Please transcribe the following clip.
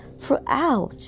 throughout